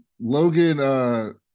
Logan